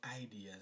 ideas